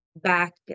back